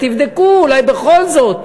תבדקו, אולי בכל זאת.